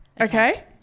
Okay